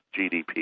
GDP